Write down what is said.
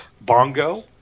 Bongo